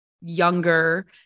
younger